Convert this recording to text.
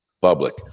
public